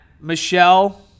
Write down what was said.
Michelle